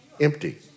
Empty